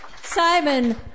Simon